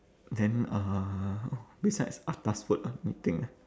then uh besides atas food ah let me think ah